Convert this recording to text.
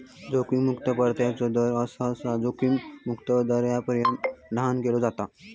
जोखीम मुक्तो परताव्याचो दर, सहसा जोखीम मुक्त दरापर्यंत लहान केला जाता